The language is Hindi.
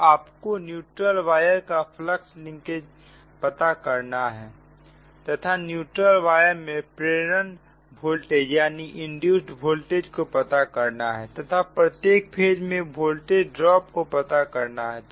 तो आपको न्यूट्रल वायर का फ्लक्स लिंकेज लिंकेज पता करना है तथा न्यूट्रल वायर में प्रेरण वोल्टेज को पता करना है तथा प्रत्येक फेज में वोल्टेज ड्रॉप को पता करना है